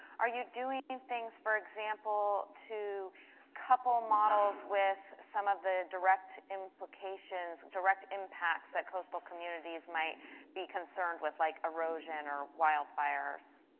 are you doing things for example to couple models with some of the direct implications, direct impacts that coastal communities might be concerned with, like erosion or wildfires?